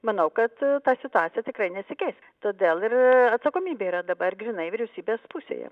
manau kad ta situacija tikrai nesikeis todėl ir atsakomybė yra dabar grynai vyriausybės pusėje